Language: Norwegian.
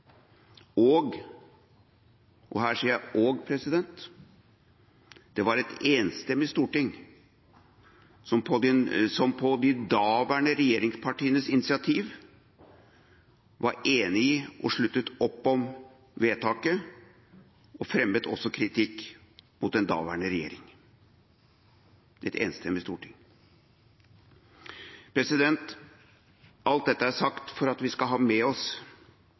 Og – her sier jeg «og» – det var et enstemmig storting som på de daværende regjeringspartiers initiativ var enig i og sluttet opp om vedtaket, og som også fremmet kritikk mot den daværende regjering. Det var et enstemmig storting. Alt dette er nå sagt for at vi skal ha med oss